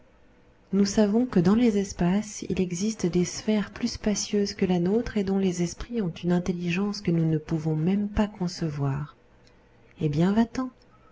nous savons que dans les espaces il existe des sphères plus spacieuses que la nôtre et dont les esprits ont une intelligence que nous ne pouvons même pas concevoir eh bien